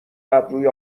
ابروی